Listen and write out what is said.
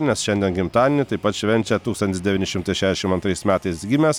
nes šiandien gimtadienį taip pat švenčia tūkstantis devyni šimtai šešim antrais metais gimęs